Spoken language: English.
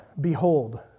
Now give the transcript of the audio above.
Behold